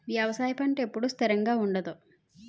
వ్యవసాయం పంట ఎప్పుడు స్థిరంగా ఉండదు